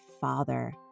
father